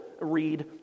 read